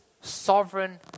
sovereign